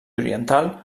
oriental